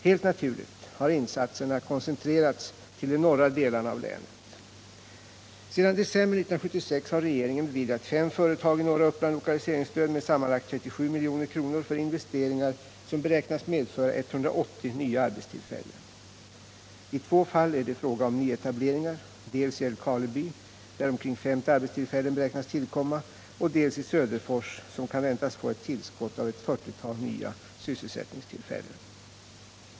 Helt naturligt har insatserna koncentrerats till de norra delarna av länet. Sedan december 1976 har regeringen beviljat fem företag i norra Uppland lokaliseringsstöd med sammanlagt 37 milj.kr. för investeringar som beräknas medföra 180 nya arbetstillfällen. I två fall är det fråga om nyetableringar, dels i Älvkarleby där omkring 50 arbetstillfällen beräknas tillkomma, dels i Söderfors, som kan väntas få ett tillskott av ett 40-tal nya sysselsättningstillfällen.